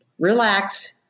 relax